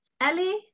ellie